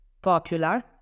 popular